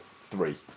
Three